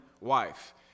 wife